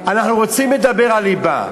אנחנו רוצים לדבר על לבה.